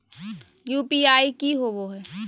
UPI की होवे हय?